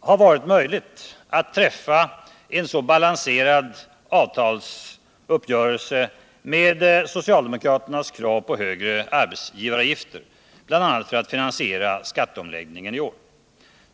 ha varit möjligt att träffa en så balanserad avtalsuppgörelse som skett med socialdemokraternas krav på högre arbetsgivaravgifter, bl.a. för att finansiera skatteomläggningen i år?